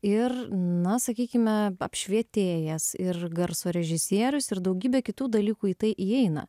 ir na sakykime apšvietėjas ir garso režisierius ir daugybė kitų dalykų į tai įeina